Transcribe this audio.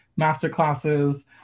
masterclasses